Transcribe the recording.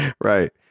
Right